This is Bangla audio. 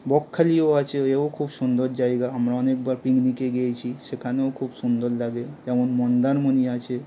বকখালিও আছে এও খুব সুন্দর জায়গা আমরা অনেকবার পিকনিকে গিয়েছি সেখানেও খুব সুন্দর লাগে যেমন মন্দারমণি আছে